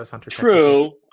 True